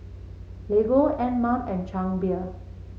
Lego Anmum and Chang Beer